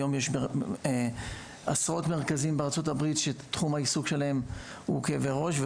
היום יש עשרות מרכזים בארצות הברית שתחום העיסוק שלהם הוא כאבי ראש.